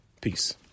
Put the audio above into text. peace